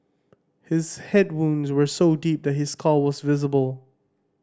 his head wounds were so deep that his skull was visible